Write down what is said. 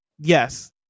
yes